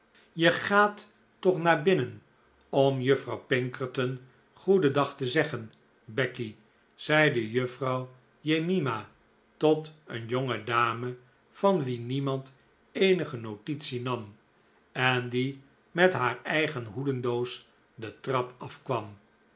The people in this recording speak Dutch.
je gaat toch naar binnen om juffrouw pinkerton goeden dag te zeggen becky zeide juffrouw jemima tot een jonge dame van wie niemand eenige notitie nam en die met haar eigen hoedendoos de trap